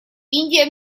индия